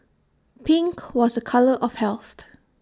pink was A colour of health